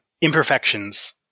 imperfections